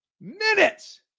Minutes